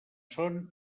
són